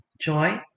joy